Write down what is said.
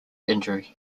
injury